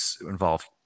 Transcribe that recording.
involved